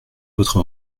votre